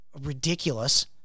ridiculous